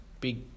big